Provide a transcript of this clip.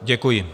Děkuji.